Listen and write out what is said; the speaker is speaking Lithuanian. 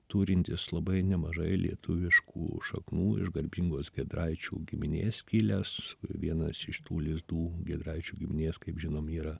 turintis labai nemažai lietuviškų šaknų iš garbingos giedraičių giminės kilęs vienas iš tų lizdų giedraičių giminės kaip žinom yra